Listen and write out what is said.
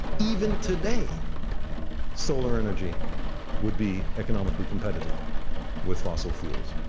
even today solar energy would be economically competitive with fossil fuels.